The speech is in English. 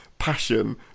passion